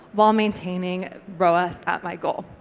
while maintaining roas at my goal.